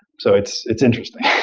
so it's it's interesting.